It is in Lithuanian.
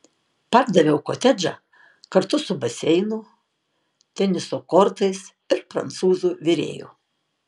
pardaviau kotedžą kartu su baseinu teniso kortais ir prancūzų virėju